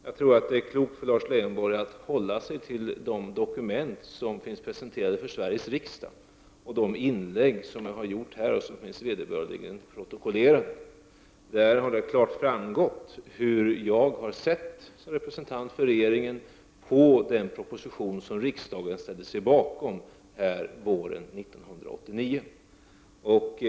Jag tror att det vore klokt av Lars Leijonborg att hålla sig till de dokument som finns presenterade för Sveriges riksdag och de inlägg som jag har gjort här och som finns vederbörligen protokollerade. Däri har det klart framgått hur jag såsom representant för regeringen har sett på den proposition som riksdagen ställde sig bakom våren 1989.